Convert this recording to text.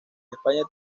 españa